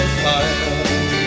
fire